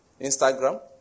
Instagram